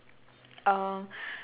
um